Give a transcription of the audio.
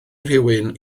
rywun